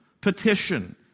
petition